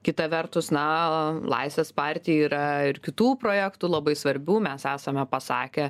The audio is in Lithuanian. kita vertus na laisvės partijai yra ir kitų projektų labai svarbių mes esame pasakę